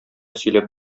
сөйләп